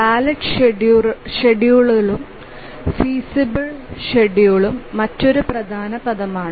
valid ഷെഡ്യൂളും feasible ഷെഡ്യൂളും മറ്റൊരു പ്രധാന പദമാണ്